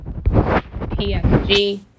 PSG